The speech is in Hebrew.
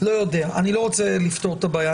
אני לא יודע, אני לא רוצה לפתור את הבעיה.